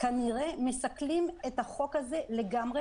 כנראה מסכלים את החוק הזה לגמרי.